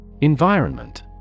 Environment